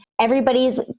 everybody's